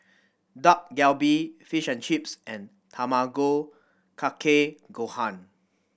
Dak Galbi Fish and Chips and Tamago Kake Gohan